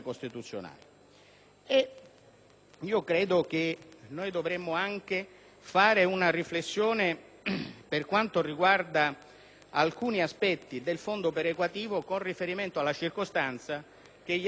Credo che dovremmo anche fare una riflessione per quanto riguarda alcuni aspetti del fondo perequativo con riferimento alla circostanza che gli articoli